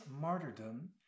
martyrdom